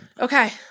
Okay